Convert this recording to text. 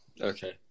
okay